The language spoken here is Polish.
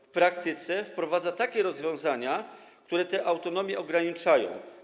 W praktyce zaś wprowadza takie rozwiązania, które tę autonomię ograniczają.